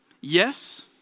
yes